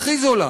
הכי זולה,